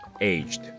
aged